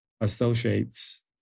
associates